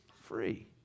free